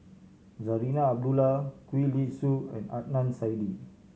Zarinah Abdullah Gwee Li Sui and Adnan Saidi